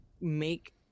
make